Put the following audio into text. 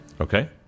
Okay